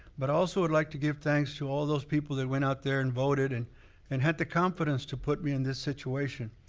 but i also would like to give thanks to all those people that went out there and voted and and had the confidence to put me in this situation.